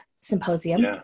symposium